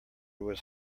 was